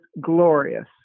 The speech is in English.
glorious